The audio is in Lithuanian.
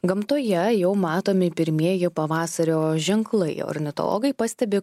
gamtoje jau matomi pirmieji pavasario ženklai ornitologai pastebi